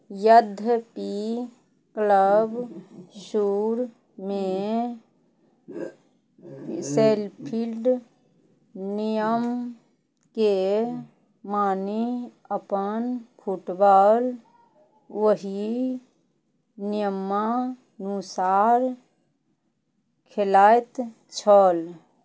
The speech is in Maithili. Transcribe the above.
यद्यपि क्लब शूरमे सेल्फील्ड नियमके मानि अपन फुटबॉल ओहि नियमानुसार खेलाइत छल